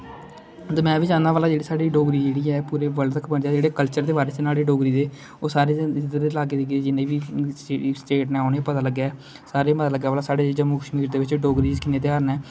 में बी चाहन्ना भला जेहडे़ साढ़े डोगरी जेहड़ी ऐ पूरे बल्ड तक पुहंचे जेहडे़ कल्चर दे बारे च न्हाड़े डोगरी दे ओह् सारे लागे जिन्ने बी स्टेट न उनें गी पता लग्गे सारें गी पता लग्गे साढ़े जम्मू कश्मीर दे बिच डोगरी च किन्ने घ्यार न